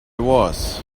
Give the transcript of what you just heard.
was